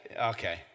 Okay